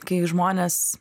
kai žmonės